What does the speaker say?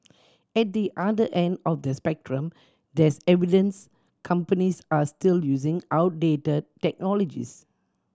at the other end of the spectrum there's evidence companies are still using outdated technologies